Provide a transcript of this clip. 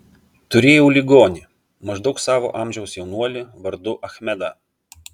turėjau ligonį maždaug savo amžiaus jaunuolį vardu achmedą